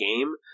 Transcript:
game